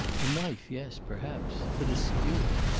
a knife, yes perhaps. but a skewer!